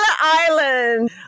Island